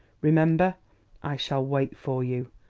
remember i shall wait for you.